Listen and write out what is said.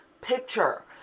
picture